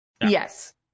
Yes